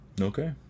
okay